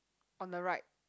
on the right